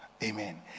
Amen